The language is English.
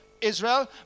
Israel